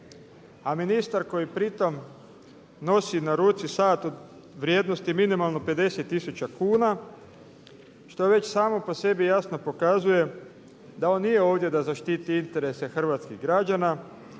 A ministar koji pri tome nosi na ruci sat u vrijednosti minimalno 50 tisuća kuna što već samo po sebi jasno pokazuje da on nije ovdje da zaštiti interese hrvatskih građana